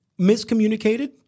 miscommunicated